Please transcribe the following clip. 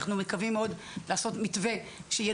אנחנו מקווים מאוד לעשות מתווה שיהיה